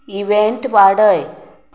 event वाडय